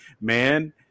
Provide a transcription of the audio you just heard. man